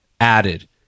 added